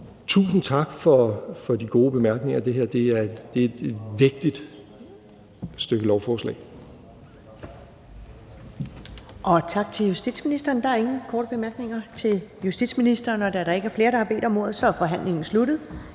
tusind tak for de gode bemærkninger. Det her er et vigtigt stykke lovgivning.